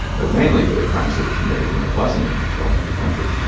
but mainly for the crimes that it committed when it wasn't in control of the country.